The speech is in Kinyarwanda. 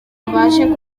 mbashe